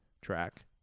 track